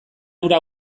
hura